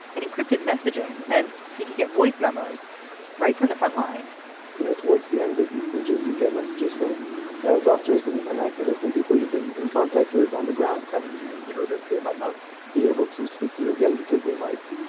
an encrypted messaging meant he could get voice memos right from the front line you know towards the end of the siege as you get messages from doctors and and activists and people you've been in contact with on the ground, telling you you know that they might not be able to speak to you again because they might